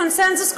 קונסנזוס,